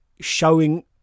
showing